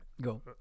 go